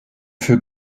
für